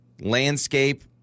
landscape